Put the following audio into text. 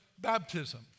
baptism